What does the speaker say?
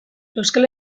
euskal